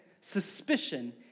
Suspicion